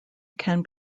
can